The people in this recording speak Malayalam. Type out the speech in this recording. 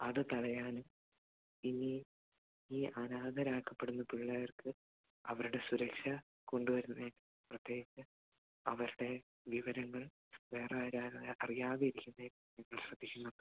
അത് തടയാൻ ഇനി ഈ അനാഥരാക്കപ്പെടുന്ന പിള്ളേർക്ക് അവരുടെ സുരക്ഷ കൊണ്ട് വരുന്നത് പ്രത്യേകിച്ച് അവരുടെ വിവരങ്ങൾ വേറെ ആരും അറിയാതിരിക്കട്ടെ ഞങ്ങൾ ശ്രദ്ധിക്കുന്നുണ്ട്